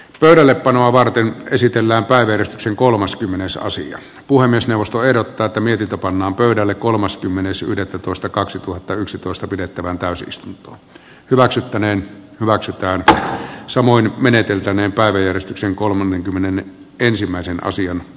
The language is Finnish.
pöydällepanoa varten esitellä päivyri sen kolmaskymmenesosa puhemiesneuvosto ehdottaa että mietitä pannaan pöydälle kolmaskymmenes yhdettätoista kaksituhattayksitoista pidettävään täysistunto hyväksyttäneen hyväksytään samoin meneteltäneen päivän järistyksen kolmenkymmenen ensimmäisen osion